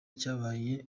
cyabaye